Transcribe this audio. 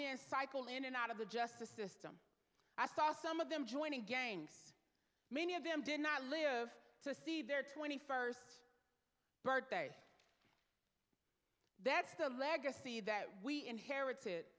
men cycle in and out of the justice system i saw some of them joining gangs many of them did not live to see their twenty first birthday that's the legacy that we inherited